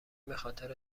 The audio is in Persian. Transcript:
بخاطر